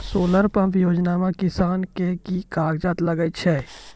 Solar pump योजना म किसान के की कागजात लागै छै?